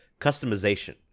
customization